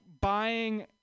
buying